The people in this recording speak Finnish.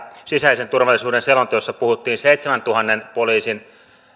sisäisen turvallisuuden selonteossa puhuttiin seitsemäntuhannen poliisin